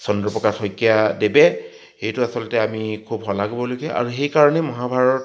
চন্দ্ৰপ্ৰসাদ শইকীয়াদেৱে সেইটো আচলতে আমি খুব শলাগিব লগীয়া আৰু সেইকাৰণে মহাভাৰত